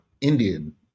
indian